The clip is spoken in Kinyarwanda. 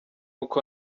uko